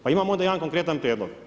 Pa imam onda jedan korektan prijedlog.